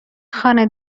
خانه